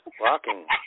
Walking